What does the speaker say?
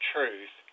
Truth